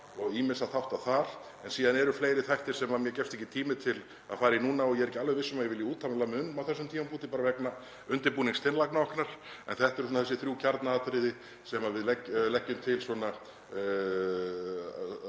og ýmissa þátta þar. Síðan eru fleiri þættir sem mér gefst ekki tími til að fara í núna og ég er ekki alveg viss um að ég vilji úttala mig um á þessum tímapunkti bara vegna undirbúnings tillagna okkar. En þetta eru þessi þrjú kjarnaatriði sem við leggjum til